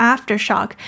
Aftershock